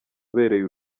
ubereye